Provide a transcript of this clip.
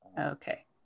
Okay